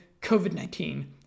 COVID-19